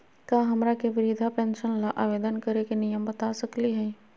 का हमरा के वृद्धा पेंसन ल आवेदन करे के नियम बता सकली हई?